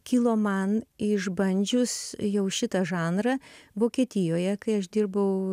kilo man išbandžius jau šitą žanrą vokietijoje kai aš dirbau